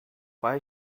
why